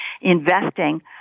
investing